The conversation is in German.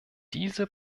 diese